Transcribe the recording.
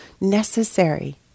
necessary